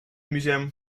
museum